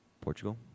Portugal